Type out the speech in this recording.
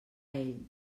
ell